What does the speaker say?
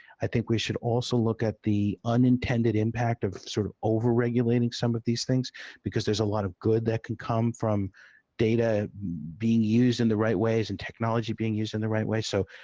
i think we should also look at the unintended impact of sort of over-regulating some of these things because there's a lot of good that can come from data being used in the right ways, and technology being used in the right way. so,